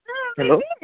hello